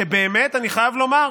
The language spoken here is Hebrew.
ובאמת, אני חייב לומר,